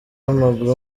w’amaguru